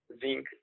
zinc